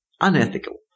unethical